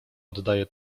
oddaje